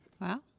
Wow